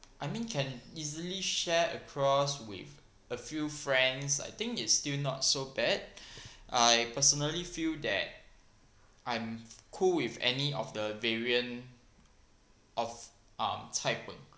I mean can easily share across with a few friends I think it's still not so bad I personally feel that I'm cool with any of the variant of um cai png